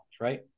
right